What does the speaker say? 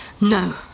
no